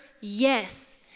Yes